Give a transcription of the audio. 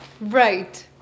Right